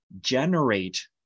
generate